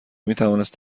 میتوانست